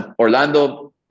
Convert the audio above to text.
Orlando